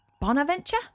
Bonaventure